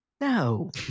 No